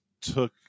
took